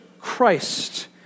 Christ